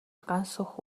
гансүх